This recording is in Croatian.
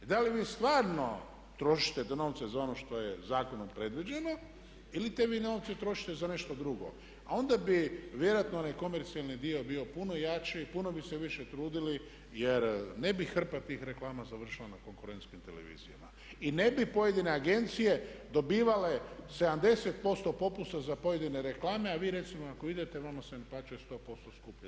Da li vi stvarno trošite te novce za ono što je zakonom predviđeno ili vi te novce trošite za nešto drugo a onda bi vjerojatno onaj komercijalni dio bio puno jači, puno bi se više trudili jer ne bi hrpa tih reklama završila na konkurentskim televizijama i ne bi pojedine agencije dobivale 70% za pojedine reklame a vi recimo ako idete vama se naplaćuje 100% skupljije.